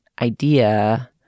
idea